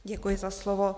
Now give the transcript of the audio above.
Děkuji za slovo.